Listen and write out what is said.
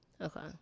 Okay